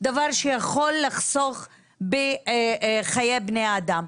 דבר שיכול לחסוך בחיי אדם.